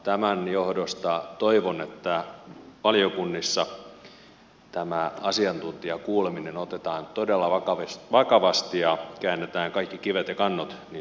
tämän johdosta toivon että valiokunnissa tämä asiantuntijakuuleminen otetaan todella vakavasti ja käännetään kaikki kivet ja kannot niin sanotusti